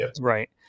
right